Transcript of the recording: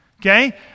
okay